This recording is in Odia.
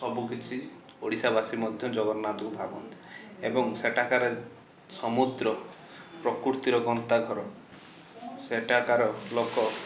ସବୁକିଛି ଓଡ଼ିଶାବାସୀ ମଧ୍ୟ ଜଗନ୍ନାଥଙ୍କୁ ଭାବନ୍ତି ଏବଂ ସେଠାକାର ସମୁଦ୍ର ପ୍ରକୃତିର ଗନ୍ତାଘର ସେଠାକାର ଲୋକ